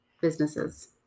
businesses